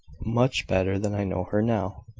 much better than i know her now.